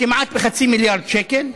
כמעט חצי מיליארד שקל,